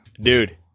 Dude